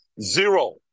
Zero